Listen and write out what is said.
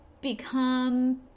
become